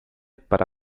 para